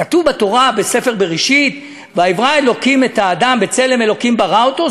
כתוב בתורה בספר בראשית: ויברא אלוקים את האדם בצלם אלוקים ברא אותו,